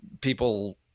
People